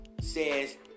says